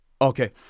Okay